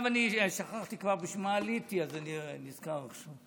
עכשיו שכחתי כבר למה עליתי, אז אני נזכר עכשיו.